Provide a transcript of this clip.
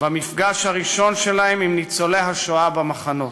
במפגש הראשון שלהם עם ניצולי השואה במחנות.